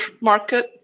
market